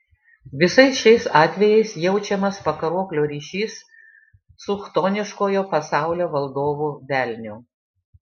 visais šiais atvejais jaučiamas pakaruoklio ryšys su chtoniškojo pasaulio valdovu velniu